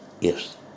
Yes